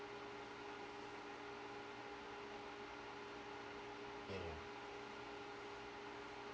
ya ya